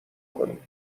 کنیم